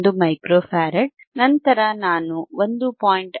1 microfarad ನಂತರ ನಾನು 1